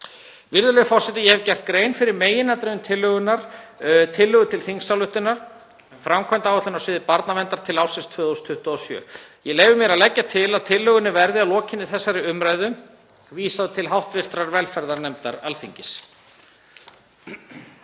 Virðulegur forseti. Ég hef nú gert grein fyrir meginatriðum tillögu til þingsályktunar um framkvæmdaáætlun á sviði barnaverndar til ársins 2027. Ég leyfi mér að leggja til að tillögunni verði að lokinni þessari umræðu vísað til hv. velferðarnefndar Alþingis.